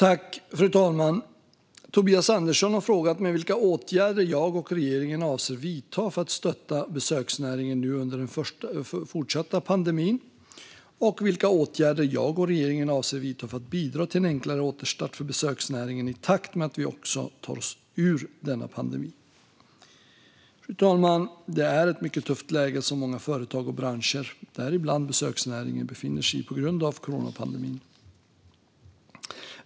Fru talman! Tobias Andersson har frågat mig vilka åtgärder jag och regeringen avser att vidta för att stötta besöksnäringen nu under den fortsatta pandemin och vilka åtgärder jag och regeringen avser att vidta för att bidra till en enklare återstart för besöksnäringen i takt med att vi också tar oss ur denna pandemi. Fru talman! Det är ett mycket tufft läge som många företag och branscher, däribland besöksnäringen, befinner sig i på grund av coronapandemin.